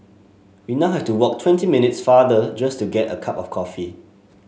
we now have to walk twenty minutes farther just to get a cup of coffee